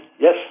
Yes